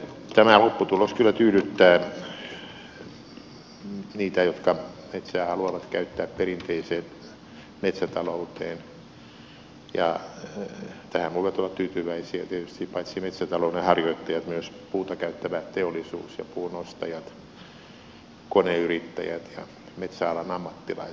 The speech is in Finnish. tämä lopputulos kyllä tyydyttää niitä jotka metsää haluavat käyttää perinteiseen metsätalouteen ja tähän voivat olla tyytyväisiä tietysti paitsi metsätalouden harjoittajat myös puuta käyttävä teollisuus ja puunostajat koneyrittäjät metsäalan ammattilaiset ja kaikki muutkin metsätaloustoimijat